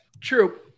True